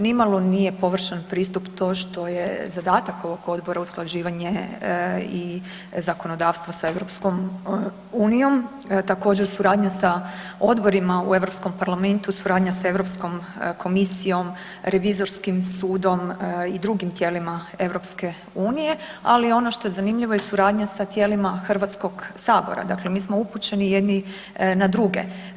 Nimalo nije površan pristup to što je zadatak ovog odbora usklađivanje i zakonodavstva sa EU-om, također suradnja sa odborima u Europskom parlamentu, suradnja sa Europskom komisijom, revizorskim sudom i drugim tijelima EU-a, ali i ono što je zanimljivo je suradnja sa tijelima Hrvatskog sabora, dakle mi smo upućeni jedni na druge.